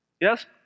yes